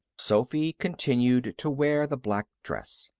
sophy continued to wear the black dress.